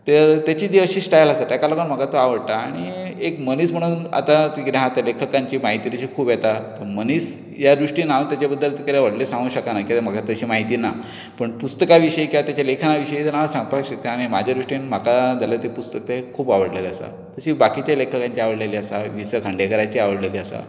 ताची ती अशी स्टाइल आसा तेका लागून म्हाका तो आवडटा आनी एक मनीस म्हणून आतां कितें आसा लेखकांची म्हायती तशी खूब येता मनीस ह्या दृश्टीन हांव ताचे बद्दल सांगूंक शकना कित्याक म्हाका तशी म्हायती ना पूण पुस्तका विशीं ताच्या लेखना विशीं हांव सांगपाक शकतां आनी म्हाजे दृश्टीन म्हाका जाल्यार तें पुस्तक तें खूब आवडलेलें आसा तशी बाकीचेय लेखकांचे आवडलेलीं आसा वि स खांडेकराचीय आवडलेली आसा